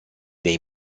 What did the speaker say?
dei